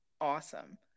awesome